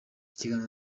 ikiganiro